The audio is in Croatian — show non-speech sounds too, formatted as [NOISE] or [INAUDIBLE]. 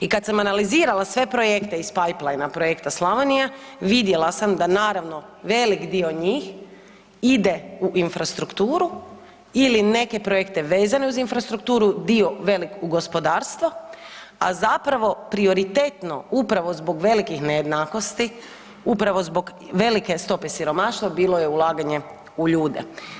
I kad sam analizirala sve projekte iz ... [UNINTELLIGIBLE] projekta Slavonija, vidjela sam da naravno velik dio njih ide u infrastrukturu ili neke projekte vezane uz infrastrukturu, dio velik u gospodarstvo a zapravo prioritetno upravo zbog velikih nejednakosti, upravo zbog velike stope siromaštva, bilo je ulaganje u ljude.